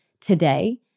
today